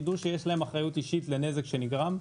ידעו שיש להם אחריות אישית לנזק שנגרם.